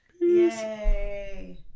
Yay